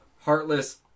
heartless